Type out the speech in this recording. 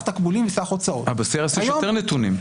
תקבולים וסך הוצאות --- אבל ב-CRS יש יותר נתונים.